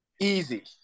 Easy